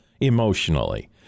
emotionally